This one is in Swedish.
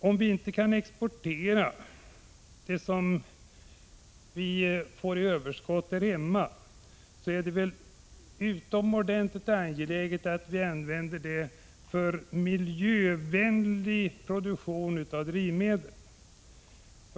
Om vi inte kan exportera vårt överskott är det utomordentligt angeläget att vi använder det för produktion av miljövänliga drivmedel.